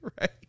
right